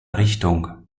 richtung